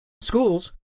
Schools